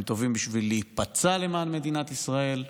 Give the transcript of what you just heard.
הם טובים בשביל להיפצע למען מדינת ישראל,